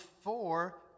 four